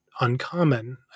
uncommon